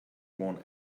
want